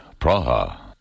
Praha